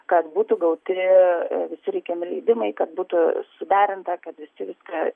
kad būtų gauti visi reikiami leidimai kad būtų suderinta kad visi viską